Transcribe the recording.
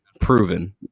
proven